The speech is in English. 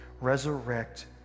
resurrect